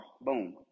Boom